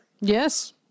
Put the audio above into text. Yes